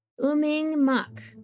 Umingmak